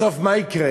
ובסוף מה יקרה?